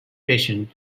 patient